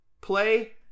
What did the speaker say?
play